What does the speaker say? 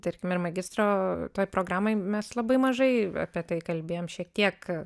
tarkim ir magistro toj programoj mes labai mažai apie tai kalbėjom šiek tiek